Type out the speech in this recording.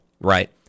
right